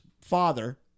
father